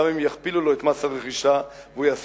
אם יכפילו לו את מס הרכישה והוא יעשה